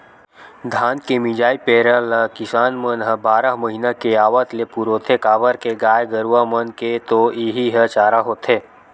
धान के मिंजाय पेरा ल किसान मन ह बारह महिना के आवत ले पुरोथे काबर के गाय गरूवा मन के तो इहीं ह चारा होथे